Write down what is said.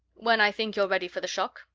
when i think you're ready for the shock,